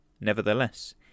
Nevertheless